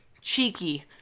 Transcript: Cheeky